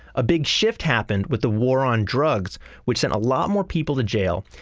a big shift happened with the war on drugs which sent a lot more people to jail,